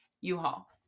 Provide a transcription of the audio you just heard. U-Haul